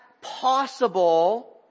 possible